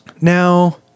Now